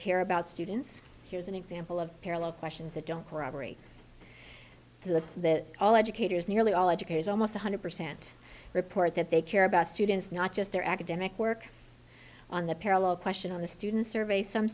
care about students here's an example of parallel questions that don't corroborate the that all educators nearly all educators almost one hundred percent report that they care about students not just their academic work on the parallel question on the student survey some